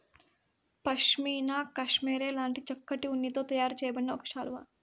pashmina cashmere లాంటి చక్కటి ఉన్నితో తయారు చేయబడిన ఒక శాలువా